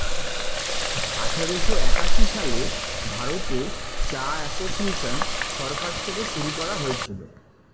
আঠারোশো একাশি সালে ভারতে চা এসোসিয়েসন সরকার থেকে শুরু করা হয়েছিল